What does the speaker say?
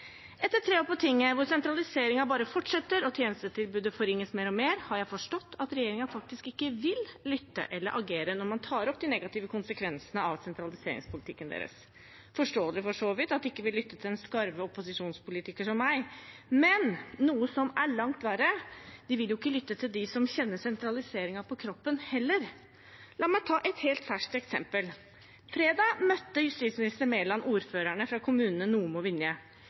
Etter tre år på Tinget, hvor sentraliseringen bare fortsetter og tjenestetilbudet forringes mer og mer, har jeg forstått at regjeringen faktisk ikke vil lytte eller agere når man tar opp de negative konsekvensene av sentraliseringspolitikken deres. Det er for så vidt forståelig at de ikke vil lytte til en skarve opposisjonspolitiker som meg, men noe som er langt verre, er at de heller ikke vil lytte til dem som kjenner sentraliseringen på kroppen. La meg ta et helt ferskt eksempel: Fredag møtte justisminister Mæland ordførerne fra kommunene